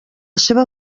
seva